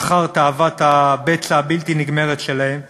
בתאוות הבצע הבלתי-נגמרת שלהן.